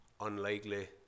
unlikely